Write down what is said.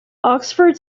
oxford